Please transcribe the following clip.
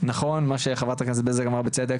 נכון מה שחברת הכנסת בזק אמרה בצדק,